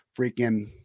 freaking